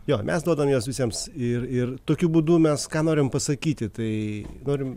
jo mes duodam juos visiems ir ir tokiu būdu mes ką norim pasakyti tai norim